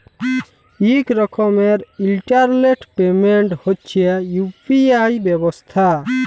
ইক রকমের internet payment হছে ইউ.পি.আই ব্যবস্থা